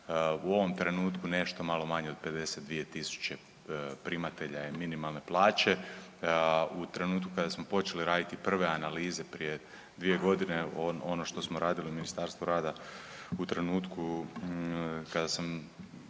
u ovom trenutku nešto malo manje od 52.000 primatelja je minimalne plaće. U trenutku kada smo počeli raditi prve analize prije 2 godine, ono što smo radili u Ministarstvu rada u trenutku kada sam